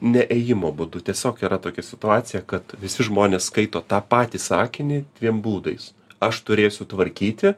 ne ėjimo būdu tiesiog yra tokia situacija kad visi žmonės skaito tą patį sakinį dviem būdais aš turėsiu tvarkyti